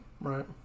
right